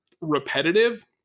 repetitive